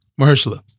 Mahershala